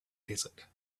desert